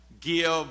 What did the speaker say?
give